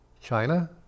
china